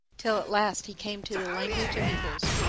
till at last he came to the language of eagles.